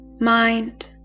mind